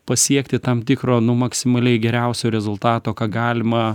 pasiekti tam tikro nu maksimaliai geriausio rezultato ką galima